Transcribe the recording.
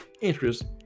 interest